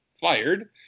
fired